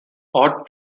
hot